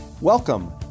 Welcome